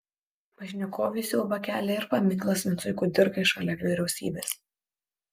pašnekovei siaubą kelia ir paminklas vincui kudirkai šalia vyriausybės